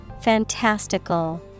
Fantastical